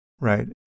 right